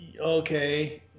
okay